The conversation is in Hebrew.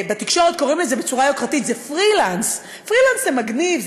בתקשורת קוראים לזה בצורה יוקרתית "פרילנס" פרילנס זה מגניב,